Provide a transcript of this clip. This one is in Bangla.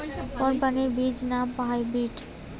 কোন শ্রেণীর বীজ দেশী না হাইব্রিড?